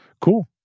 Cool